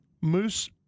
Moose